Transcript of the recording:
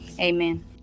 Amen